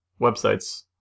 websites